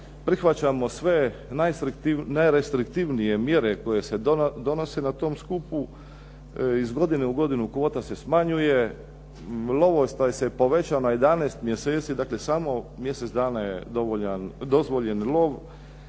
prihvaćamo sve najrestriktivnije mjere koje se donose na tom skupu, iz godine u godinu kvota se smanjuje, lovostaj se povećao na 11 mjeseci dakle samo mjesec dana je dozvoljen lov,